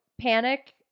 panic